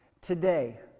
Today